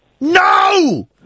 No